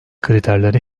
kriterleri